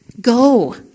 Go